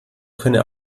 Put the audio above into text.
könne